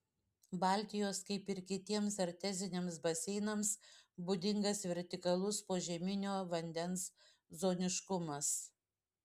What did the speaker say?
baltijos kaip ir kitiems arteziniams baseinams būdingas vertikalus požeminio vandens zoniškumas